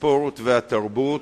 הספורט והתרבות,